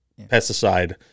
pesticide